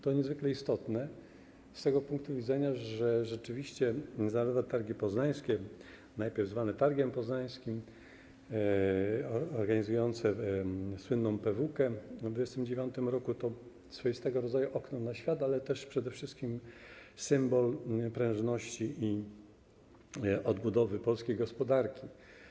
To niezwykle istotne z tego punktu widzenia, że rzeczywiście zarówno targi poznańskie, najpierw zwane Targiem Poznańskim, organizujące słynną PeWuKę w 1929 r., to swoistego rodzaju okno na świat, ale też przede wszystkim symbol prężności i odbudowy polskiej gospodarki.